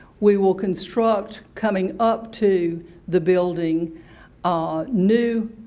we will construct coming up to the building ah new